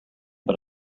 but